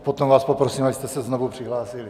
Potom vás poprosím, abyste se znovu přihlásili.